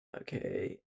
Okay